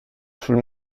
sul